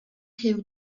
huw